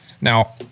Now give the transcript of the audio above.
now